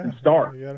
start